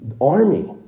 army